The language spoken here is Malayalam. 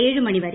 ഏഴ് മണി വരെ